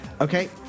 Okay